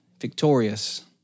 victorious